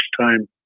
time